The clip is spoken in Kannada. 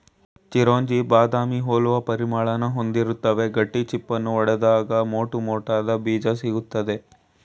ಚಿರೊಂಜಿ ಬಾದಾಮಿ ಹೋಲುವ ಪರಿಮಳನ ಹೊಂದಿರುತ್ವೆ ಗಟ್ಟಿ ಚಿಪ್ಪನ್ನು ಒಡ್ದಾಗ ಮೋಟುಮೋಟಾದ ಬೀಜ ಸಿಗ್ತದೆ